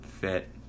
fit